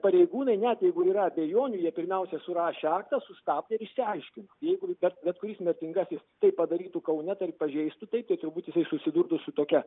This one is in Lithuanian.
pareigūnai net jeigu yra abejonių jie pirmiausia surašė aktą sustabdė ir išsiaiškino jeigu bet bet kuris mirtingasis tai padarytų kaune tai pažeistų tai turbūt jisai susidurtų su tokia